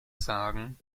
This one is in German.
sagen